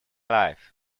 life